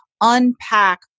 unpack